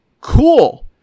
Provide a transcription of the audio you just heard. cool